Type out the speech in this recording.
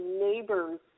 neighbors